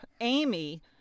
Amy